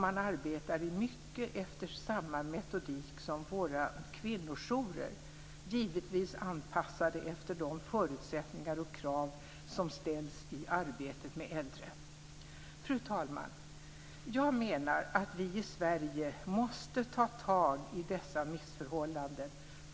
Man arbetar i mycket efter samma metodik som våra kvinnojourer, givetvis anpassade efter de förutsättningar och krav som ställs i arbetet med äldre. Fru talman! Jag menar att vi i Sverige måste ta tag i dessa missförhållanden.